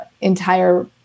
entire